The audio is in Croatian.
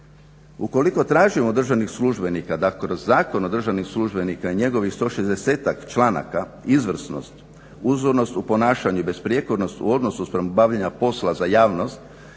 Ukoliko tražimo od državnih službenika da kroz Zakon o državnim službenicima i njegovih 160-tak članaka izvrsnost, uzornost u ponašanju i besprijekornost u odnosu spram bavljenja posla za javnost